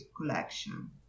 collection